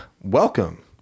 welcome